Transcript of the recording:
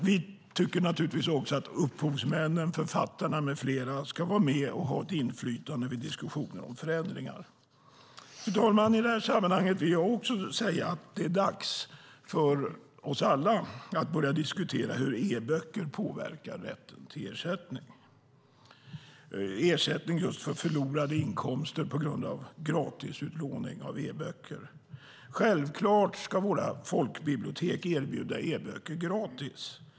Vi tycker också att upphovsmännen, författarna med flera, ska vara med och ha ett inflytande vid diskussionen om förändringar. Fru talman! I detta sammanhang vill jag också säga att det är dags för oss alla att börja diskutera hur e-böcker påverkar rätten till ersättning för förlorade inkomster på grund av gratisutlåning av e-böcker. Självklart ska våra folkbibliotek erbjuda e-böcker gratis.